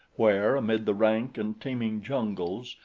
where, amid the rank and teeming jungles,